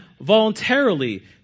voluntarily